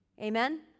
Amen